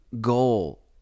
goal